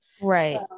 Right